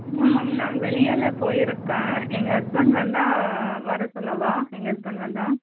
ma'am நான் வெளியில் போயிருக்கேன் எங்கள் ஹஸ்பண்ட் வந்தால் வர சொல்லவா எங்கள் ஹஸ்பண்ட் வந்தால்